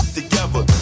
Together